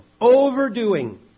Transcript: overdoing